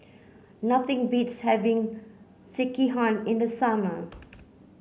nothing beats having Sekihan in the summer